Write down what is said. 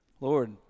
Lord